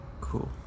Cool